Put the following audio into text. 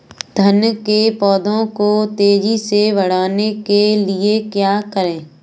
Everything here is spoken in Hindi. धान के पौधे को तेजी से बढ़ाने के लिए क्या करें?